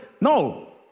No